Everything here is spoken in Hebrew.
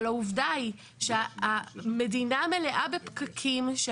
אבל העובדה היא שהמדינה מלאה בפקקים של